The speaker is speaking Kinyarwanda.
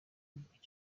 umukinnyi